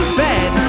bed